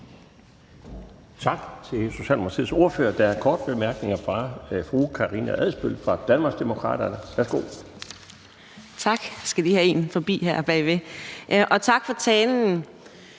Tak til Socialdemokratiets ordfører. Der er en kort bemærkning fra fru Karina Adsbøl fra Danmarksdemokraterne. Værsgo. Kl. 12:00 Karina Adsbøl (DD): Tak for talen.